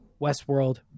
westworld